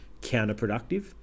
counterproductive